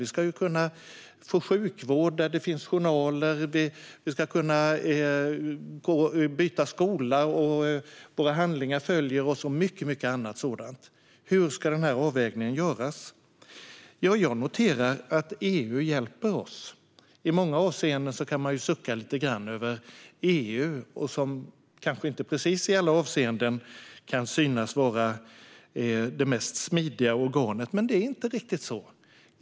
Vi ska kunna få sjukvård där det finns journaler, vi ska kunna byta skola där våra handlingar följer oss och mycket annat sådant. Hur ska denna avvägning göras? Jag noterar att EU hjälper oss. I många avseenden kan man sucka lite grann över EU, som kanske inte i precis alla delar kan synas vara det mest smidiga organet, men det är inte riktigt så.